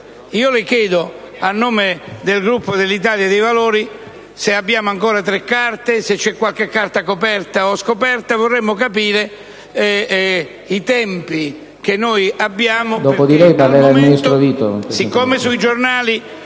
Le chiedo, a nome del Gruppo dell'Italia dei Valori, se abbiamo ancora tre carte, se c'è qualche carta coperta o scoperta: vorremmo capire i tempi che noi abbiamo.